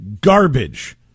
garbage